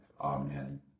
Amen